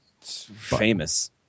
famous